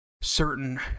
certain